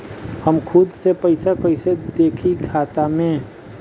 हम खुद से पइसा कईसे देखी खाता में?